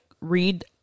read